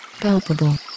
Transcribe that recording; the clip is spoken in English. palpable